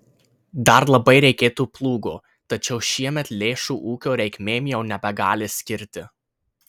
dar labai reikėtų plūgo tačiau šiemet lėšų ūkio reikmėm jau nebegali skirti